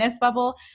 bubble